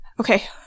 okay